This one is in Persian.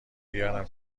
بیارم